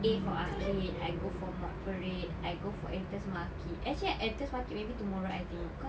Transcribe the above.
AforArcade I go for Modparade I go for Editor's Market actually Editor's Market maybe tomorrow I tengok cause